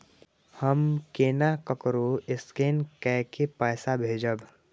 हम केना ककरो स्केने कैके पैसा भेजब?